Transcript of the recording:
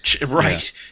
Right